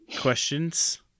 questions